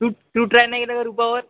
तू तू ट्राय नाही केलं का रुपावर